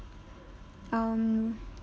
um